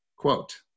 Quote